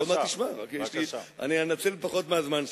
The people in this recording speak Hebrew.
אני אנצל פחות מהזמן שלי.